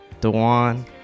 dewan